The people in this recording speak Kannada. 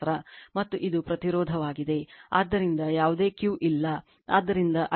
ಮತ್ತು ಇದು ಪ್ರತಿರೋಧಕವಾಗಿದೆ ಆದ್ದರಿಂದ ಯಾವುದೇ Q ಇಲ್ಲ ಆದ್ದರಿಂದ I L PL VL ಆಗಿರಬೇಕು